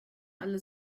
alle